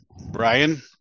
Brian